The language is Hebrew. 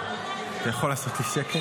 אתה יכול לעשות לי שקט?